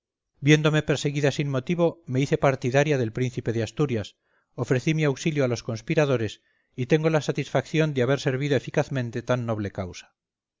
viéndome perseguida sin motivo me hice partidaria del príncipe de asturias ofrecí mi auxilio a los conspiradores y tengo la satisfacción de haber servido eficazmente tan noble causa